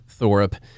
Thorup